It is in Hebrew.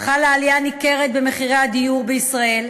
חלה עלייה ניכרת במחירי הדיור בישראל,